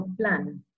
plan